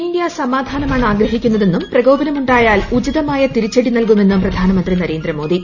India സമാധാനമാണ് ആഗ്രഹിക്കുന്നതെന്നും പ്രകോപനമുണ്ടാക്കിയാൽ ഉചിതമായ തിരിച്ചടി നൽകുമെന്നും പ്രധാനമന്ത്രി നരേന്ദ്രമോദി